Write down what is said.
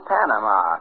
Panama